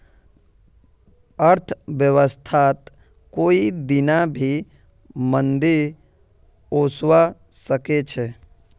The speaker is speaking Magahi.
अर्थव्यवस्थात कोई दीना भी मंदी ओसवा सके छे